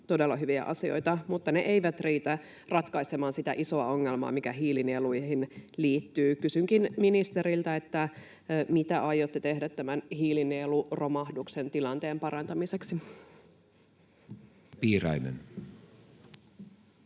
todella hyviä asioita, mutta ne eivät riitä ratkaisemaan sitä isoa ongelmaa, mikä hiilinieluihin liittyy. Kysynkin ministeriltä: mitä aiotte tehdä tämän hiilinieluromahduksen tilanteen parantamiseksi? Edustaja Piirainen.